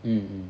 mm mm